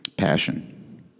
passion